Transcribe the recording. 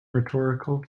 rhetorical